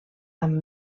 amb